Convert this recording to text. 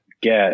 get